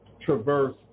traverse